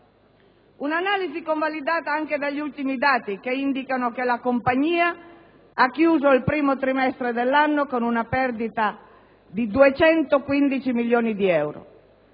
un'analisi convalidata anche dagli ultimi dati, che indicano che la compagnia ha chiuso il primo trimestre dell'anno con una perdita di 215 milioni di euro,